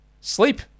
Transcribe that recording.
sleep